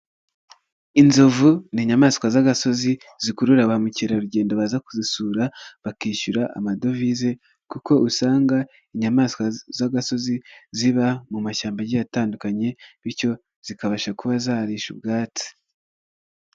Inzovu ni inyamaswa z'agasozi zikurura ba mukerarugendo baza kuzisura bakishyura amadovize. Kuko usanga inyamaswa z'agasozi ziba mu mashyamba agiye zitandukanye. Bityo, zikabasha kuba zarisha ubwatsi.